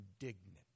indignant